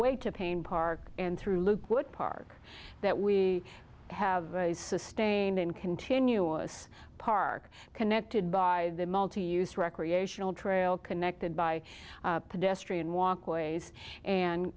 way to pain park and through loop would park that we have a sustained and continuous park connected by the multi use recreational trail connected by a pedestrian walkway